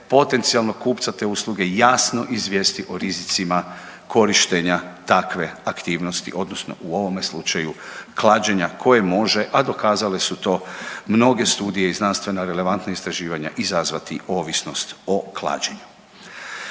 potencijalnog kupca te usluge jasno izvijesti o rizicima korištenja takve aktivnosti odnosno u ovome slučaju klađenja koje može, a dokazale su to mnoge studije i znanstvena relevantna istraživanja izazvati ovisnost o klađenju.